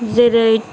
जेरै